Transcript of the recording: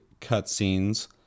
cutscenes